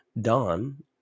Dawn